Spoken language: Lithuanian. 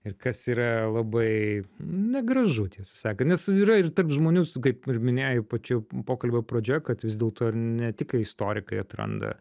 ir kas yra labai negražu tiesą sakant nes yra ir tarp žmonių s kaip ir minėjai pačioj pokalbio pradžioj kad vis dėlto ir ne tik istorikai atranda